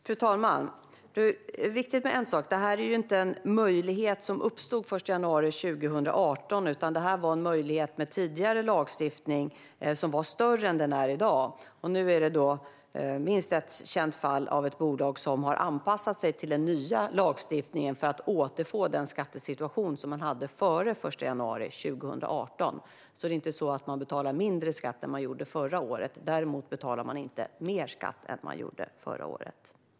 Fru talman! Det är viktigt med en sak, och det är att det här inte var en möjlighet som uppstod den 1 januari 2018, utan det här var en möjlighet som med tidigare lagstiftning var större än i dag. Nu finns det minst ett känt fall med ett bolag som har anpassat sig till den nya lagstiftningen för att återfå den skattesituation som man hade före den 1 januari 2018. Det är alltså inte så att man betalar mindre skatt än vad man gjorde förra året, men man betalar heller inte mer skatt än vad man gjorde förra året.